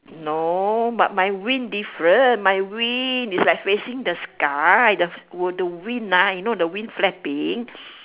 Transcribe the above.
no but my wing different my wing is like facing the sky the oh the wing ah you know the wing flapping